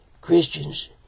Christians